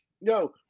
no